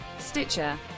Stitcher